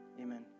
Amen